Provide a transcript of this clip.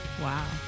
Wow